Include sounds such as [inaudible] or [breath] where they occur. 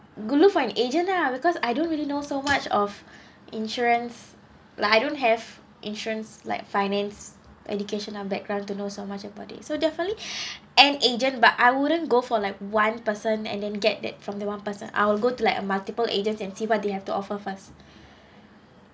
go look for an agent lah because I don't really know so much of insurance like I don't have insurance like finance educational background to know so much about it so definitely [breath] an agent but I wouldn't go for like one person and then get that from the one person I will go to like a multiple agents and see what they have to offer first